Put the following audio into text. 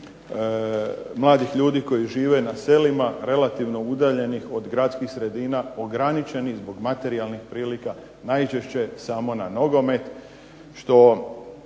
mladih ljudi koji žive na selima, relativno udaljeni od gradskih sredina, ograničenih zbog materijalnih prilika, najčešće samo na nogomet što